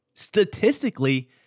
statistically